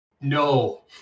No